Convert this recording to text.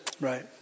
Right